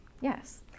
Yes